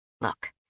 Look